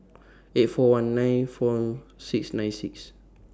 eight four one nine four six nine six